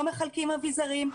לא מחלקים אביזרים,